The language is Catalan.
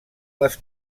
les